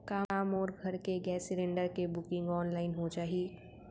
का मोर घर के गैस सिलेंडर के बुकिंग ऑनलाइन हो जाही?